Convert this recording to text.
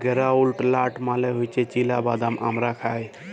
গেরাউলড লাট মালে হছে চিলা বাদাম আমরা খায়